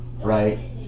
right